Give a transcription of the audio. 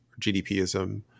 GDPism